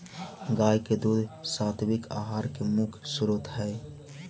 गाय के दूध सात्विक आहार के मुख्य स्रोत हई